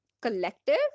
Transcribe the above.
collective